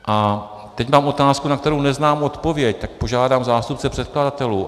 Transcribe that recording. A teď mám otázku, na kterou neznám odpověď, tak požádám zástupce předkladatelů.